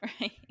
Right